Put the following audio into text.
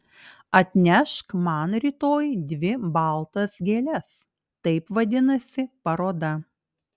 atnešk man rytoj dvi baltas gėles taip vadinasi paroda